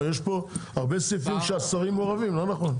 יש פה הרבה סיכוי שהשרים מעורבים לא נכון.